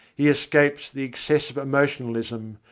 he escapes the excessive emotionalism,